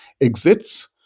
exits